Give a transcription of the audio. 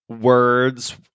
words